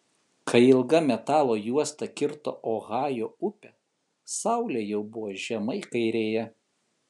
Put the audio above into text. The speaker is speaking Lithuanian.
kai ilga metalo juosta kirto ohajo upę saulė jau buvo žemai kairėje